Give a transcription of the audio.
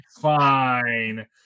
fine